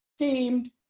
themed